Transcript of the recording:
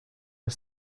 are